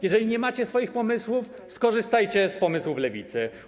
Jeżeli nie macie swoich pomysłów, skorzystajcie z pomysłów Lewicy.